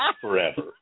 forever